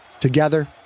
Together